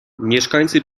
mieszkańcy